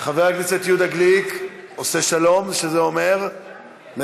חבר הכנסת יהודה גליק, עושה שלום, שזה אומר מוותר.